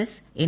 S N